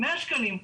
100 שקלים.